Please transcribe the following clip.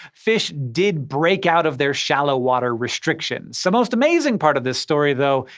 fish did break out of their shallow-water restrictions. the most amazing part of this story, though,